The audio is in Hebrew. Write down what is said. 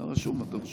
אדוני היושב-ראש,